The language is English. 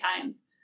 times